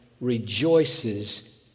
rejoices